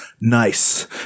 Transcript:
Nice